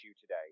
today